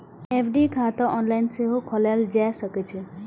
FD खाता online सेहो खोलाएल जा सकै छै